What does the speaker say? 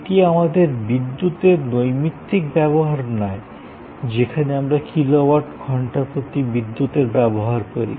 এটি আমাদের বিদ্যুতের নৈমিত্তিক ব্যবহার নয় যেখানে আমরা কিলোওয়াট ঘন্টা প্রতি বিদ্যুতের ব্যবহার করি